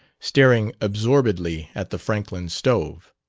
staring absorbedly at the franklin stove.